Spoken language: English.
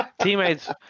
teammates